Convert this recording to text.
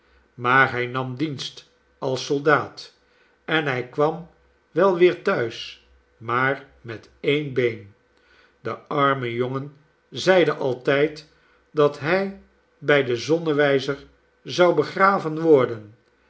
maar hij nam dienst als soldaat en hij kwam wel weer thuis maar met e n been de arme jongen zeide altijd dat hij bij den zonnewijzer zou begraven worden